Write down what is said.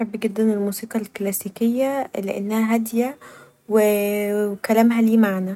بحب جدا الموسيقي الكلاسيكية لأنها هاديه و كلامها ليه معني.